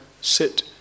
sit